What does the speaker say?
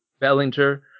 Bellinger